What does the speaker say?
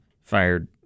fired